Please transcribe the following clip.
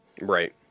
right